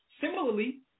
Similarly